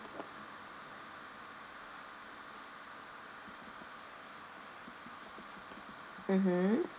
mmhmm